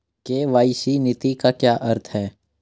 KYC नीति का क्या अर्थ है?